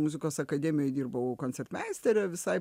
muzikos akademijoj dirbau koncertmeistere visai